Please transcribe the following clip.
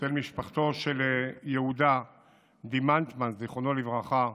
אצל משפחתו של יהודה דימנטמן, זיכרונו לברכה.